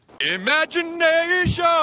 Imagination